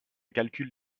calcul